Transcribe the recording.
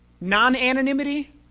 non-anonymity